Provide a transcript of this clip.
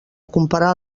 comparar